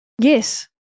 yes